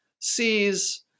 sees